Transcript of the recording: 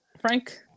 Frank